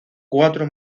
cuatro